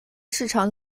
市场